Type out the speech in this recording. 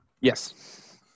Yes